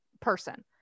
person